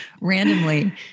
randomly